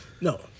No